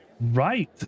Right